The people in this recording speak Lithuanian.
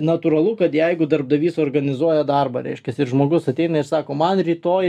natūralu kad jeigu darbdavys organizuoja darbą reiškias ir žmogus ateina ir sako man rytoj